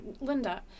Linda